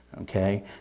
Okay